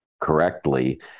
correctly